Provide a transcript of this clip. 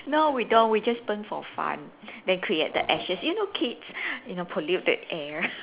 no we don't we just burn for fun then create the ashes you know kids you know pollute the air